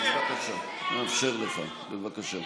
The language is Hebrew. אני מאפשר לך, בבקשה.